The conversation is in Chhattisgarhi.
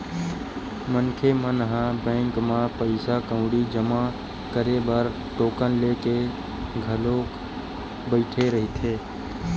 मनखे मन ह बैंक म पइसा कउड़ी ल जमा करे बर टोकन लेके घलोक बइठे रहिथे